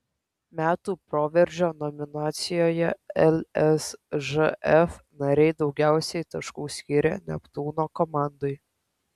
metų proveržio nominacijoje lsžf nariai daugiausiai taškų skyrė neptūno komandai